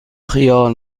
خیار